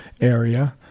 area